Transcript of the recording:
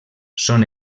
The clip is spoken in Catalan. són